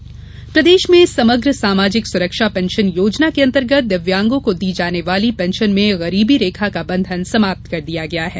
pension योजन प्रदेश में समग्र सामाजिक सुरक्षा पेंशन योजना के अंतर्गत दिव्यांगों को दी जाने वाली पेंशन में गरीबी रेखा का बंधन समाप्त कर दिया गया है